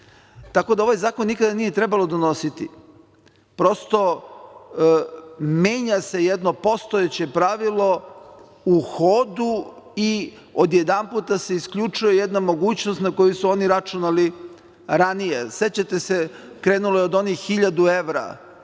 da ovaj zakon nije trebalo ni donositi. Prosto, menja se jedno postojeće pravilo u hodu i odjedanput se isključuje jedna mogućnost na koju su oni računali ranije. Sećate se krenulo je od onih 1000 evra